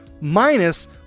minus